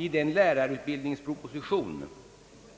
I den = lärarutbildningsproposition